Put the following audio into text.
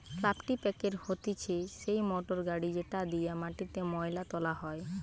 কাল্টিপ্যাকের হতিছে সেই মোটর গাড়ি যেটি দিয়া মাটিতে মোয়লা তোলা হয়